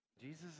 Jesus